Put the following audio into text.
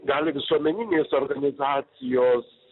gali visuomeninės organizacijos